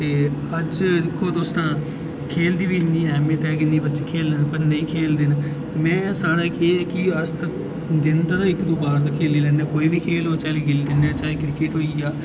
ते अज्ज दिक्खो तुस तां खेढ दी बी इन्नी अहमियत ऐ उसदे खेढने पर नेईं खेढदे न में सारा केह् कि अस्त दिन दा इक दो बार ते खेढी लैन्ना कोई खेढ हो चाहे क्रिकेट होई गेआ